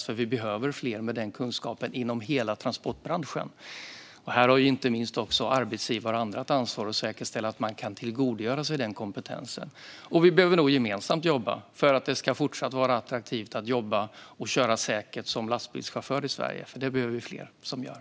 Vi behöver nämligen fler med den kunskapen inom hela transportbranschen. Här har inte minst arbetsgivare och andra ett ansvar att säkerställa att man kan tillgodogöra sig den kompetensen. Vi behöver nog gemensamt arbeta för att det fortsatt ska vara attraktivt att jobba - och köra säkert - som lastbilschaufför i Sverige, för det behöver vi fler som gör.